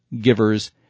givers